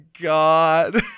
God